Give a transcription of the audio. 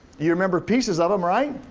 you remember pieces of em, right?